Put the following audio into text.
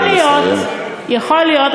יכול להיות, יכול להיות.